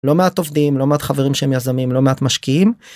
לא מעט עובדים, לא מעט חברים שהם יזמים, לא מעט משקיעים.